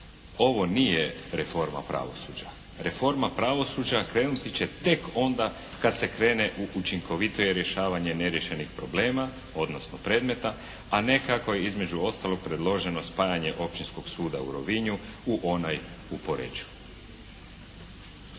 Ovo nije reforma pravosuđa. Reforma pravosuđa krenuti će tek onda kad se krene u učinkovitije rješavanje neriješenih problema, odnosno predmeta, a ne kako je između ostalog predloženo spajanje Općinskog suda u Rovinju u onaj u Poreču.